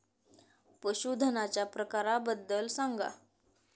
पशूधनाच्या प्रकारांबद्दल सांगा